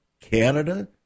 Canada